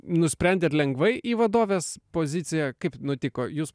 nusprendėt lengvai į vadovės poziciją kaip nutiko jūs